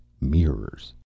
mirrors